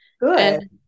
Good